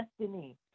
destiny